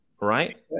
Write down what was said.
right